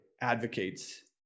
advocates